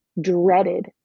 dreaded